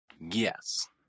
Yes